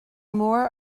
mór